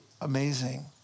amazing